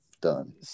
done